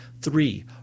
Three